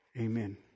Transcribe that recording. amen